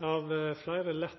Av fleire lett